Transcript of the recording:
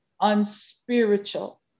unspiritual